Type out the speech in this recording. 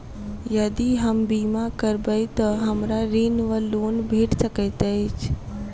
यदि हम बीमा करबै तऽ हमरा ऋण वा लोन भेट सकैत अछि?